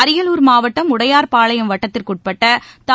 அரியலூர் மாவட்டம் உடையார் பாளையம் வட்டத்திற்குட்பட்ட தா